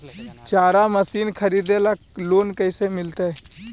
चारा मशिन खरीदे ल लोन कैसे मिलतै?